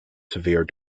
severe